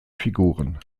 figuren